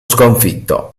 sconfitto